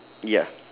ya